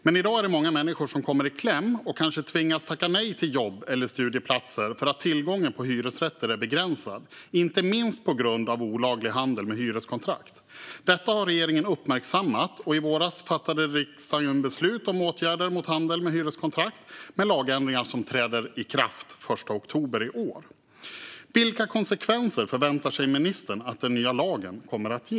Men i dag är det många människor som kommer i kläm och som kanske tvingas tacka nej till jobb eller studieplatser för att tillgången på hyresrätter är begränsad, inte minst på grund av olaglig handel med hyreskontrakt. Detta har regeringen uppmärksammat, och i våras fattade riksdagen beslut om åtgärder mot handel med hyreskontrakt med lagändringar som träder i kraft den 1 oktober i år. Vilka konsekvenser förväntar sig ministern att den nya lagen kommer att få?